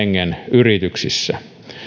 yrityksissä